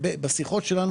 בשיחות שלנו.